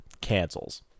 cancels